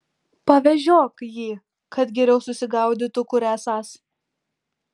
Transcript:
pavežiok jį kad geriau susigaudytų kur esąs